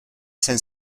cinq